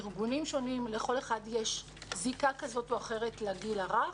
ארגונים שונים ולכל אחד יש זיקה כזאת או אחרת לגיל הרך.